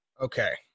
okay